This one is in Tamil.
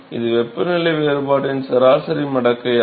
இது வெப்பநிலை வேறுபாட்டின் சராசரி மடக்கை ஆகும்